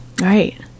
right